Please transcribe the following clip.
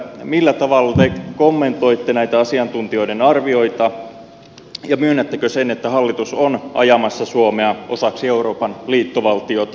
millä tavalla te kommentoitte näitä asiantuntijoiden arvioita ja myönnättekö sen että hallitus on ajamassa suomea osaksi euroopan liittovaltiota